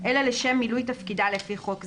אלא לשם מילוי תפקידה לפי חוק זה,